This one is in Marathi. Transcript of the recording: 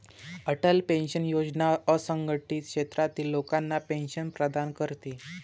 अटल पेन्शन योजना असंघटित क्षेत्रातील लोकांना पेन्शन प्रदान करते